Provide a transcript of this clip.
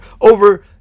over